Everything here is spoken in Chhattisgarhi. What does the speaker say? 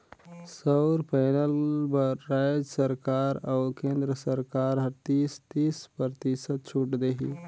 सउर पैनल बर रायज सरकार अउ केन्द्र सरकार हर तीस, तीस परतिसत छूत देही